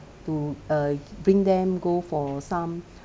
to uh bring them go for some